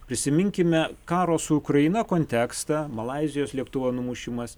prisiminkime karo su ukraina kontekstą malaizijos lėktuvo numušimas